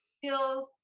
feels